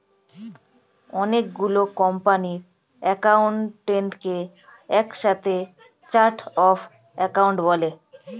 অনেক গুলো কোম্পানির অ্যাকাউন্টকে একসাথে চার্ট অফ অ্যাকাউন্ট বলে